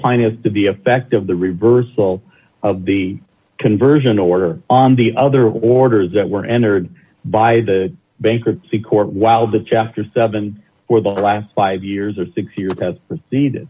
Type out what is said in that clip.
has to be effective the reversal of the conversion order on the other orders that were entered by the bankruptcy court while the chapter seven for the last five years or six years has proceed